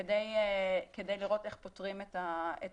כדי לראות איך פותרים את החסמים.